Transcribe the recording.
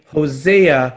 Hosea